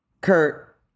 Kurt